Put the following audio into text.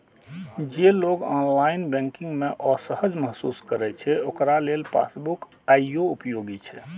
जे लोग online banking मे असहज महसूस करै छै, ओकरा लेल पासबुक आइयो उपयोगी छै